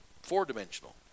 four-dimensional